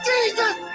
Jesus